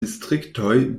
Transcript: distriktoj